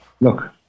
look